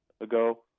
ago